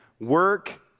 work